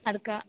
அதுக்கா